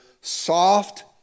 soft